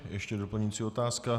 Ještě doplňující otázka.